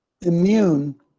immune